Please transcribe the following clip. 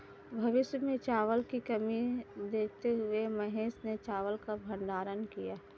भविष्य में चावल की कमी देखते हुए महेश ने चावल का भंडारण किया